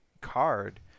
card